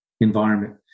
environment